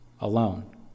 alone